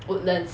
woodlands